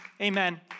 Amen